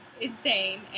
insane